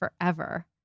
forever